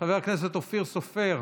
חבר הכנסת אופיר סופר,